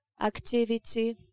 activity